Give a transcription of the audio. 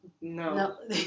No